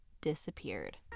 disappeared